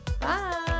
bye